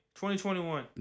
2021